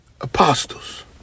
apostles